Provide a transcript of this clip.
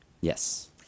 Yes